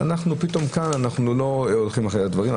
פתאום כאן, אנחנו לא הולכים אחרי הדברים.